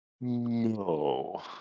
No